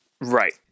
Right